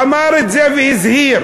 אמר את זה והזהיר: